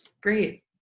great